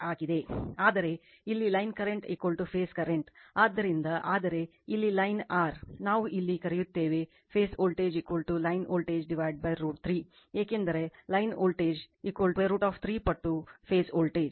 ಆದರೆ ಇಲ್ಲಿ line current phase current ಆದ್ದರಿಂದ ಆದರೆ ಇಲ್ಲಿ ಲೈನ್ r ನಾವು ಇಲ್ಲಿ ಕರೆಯುತ್ತೇವೆ ಫೇಸ್ ವೋಲ್ಟೇಜ್ ಲೈನ್ ವೋಲ್ಟೇಜ್ √ 3 ಏಕೆಂದರೆ ಲೈನ್ ವೋಲ್ಟೇಜ್ √ 3 ಪಟ್ಟು ಫೇಸ್ ವೋಲ್ಟೇಜ್